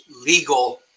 legal